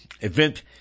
event